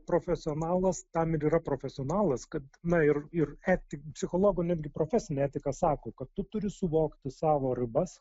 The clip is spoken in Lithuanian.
profesionalas tam ir yra profesionalas kad na ir ir etika psichologo netgi profesinė etika sako kad tu turi suvokti savo ribas